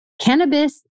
Cannabis